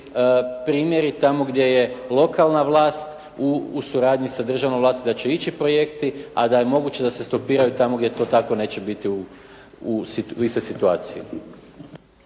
primjeri tamo gdje je lokalna vlast u suradnji sa državnom vlasti, da će ići projekti, a da je moguće da se stopiraju tamo gdje to tako neće biti u istoj situaciji.